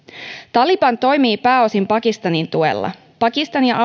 taliban toimii pääosin pakistanin tuella pakistan ja